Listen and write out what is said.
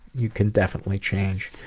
you can definitely change.